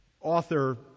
author